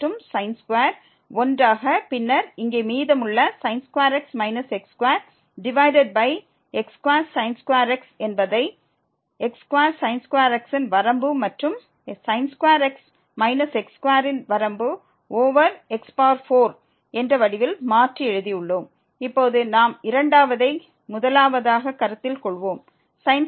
மற்றும் sin2 ஒன்றாக பின்னர் இங்கே மீதமுள்ள x x2 divided by x2x என்பதை x2x ன் வரம்பு மற்றும் x x2 ன் வரம்பு ஓவர் x4 என்ற வடிவில் மாற்றி எழுதி உள்ளோம் இப்போது நாம் இரண்டாவதை முதலாவதாக கருத்தில் கொள்வோம் x x2x4